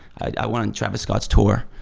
i went in travis scott's tour,